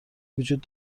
وجود